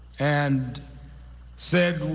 and said,